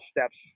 steps